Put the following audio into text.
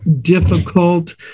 difficult